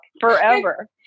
forever